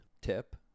tip